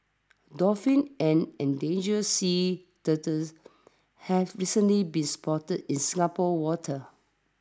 dolphins and endangered sea turtles have recently been spotted in Singapore's waters